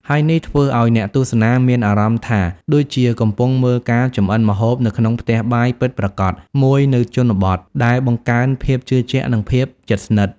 ហើយនេះធ្វើឲ្យអ្នកទស្សនាមានអារម្មណ៍ថាដូចជាកំពុងមើលការចម្អិនម្ហូបនៅក្នុងផ្ទះបាយពិតប្រាកដមួយនៅជនបទ ដែលបង្កើនភាពជឿជាក់ និងការជិតស្និទ្ធ។